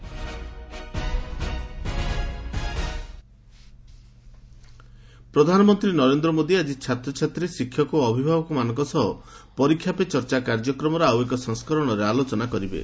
PM Pariksha Pe Charcha ପ୍ରଧାନମନ୍ତ୍ରୀ ନରେନ୍ଦ୍ର ମୋଦି ଆଜି ଛାତ୍ରଛାତ୍ରୀ ଶିକ୍ଷକ ଓ ଅଭିଭାବକମାନଙ୍କ ସହ ପରୀକ୍ଷା ପେ ଚର୍ଚ୍ଚା କାର୍ଯ୍ୟକ୍ମର ଆଉ ଏକ ସଂସ୍କରଣରେ ଆଲୋଚନା କରିବେ